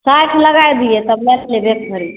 साठि लगाए दियै राखि लेब एक भरी